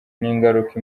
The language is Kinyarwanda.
ningaruka